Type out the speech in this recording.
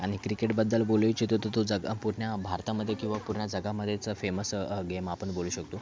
आणि क्रिकेटबद्दल बोलू इच्छितो तो ज् पूर्ण भारतामध्ये किंवा पूर्ण जगामध्येच फेमस गेम आपण बोलू शकतो